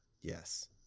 Yes